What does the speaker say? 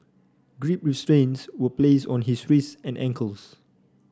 grip restraints were place on his wrists and ankles